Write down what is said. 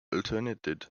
alternated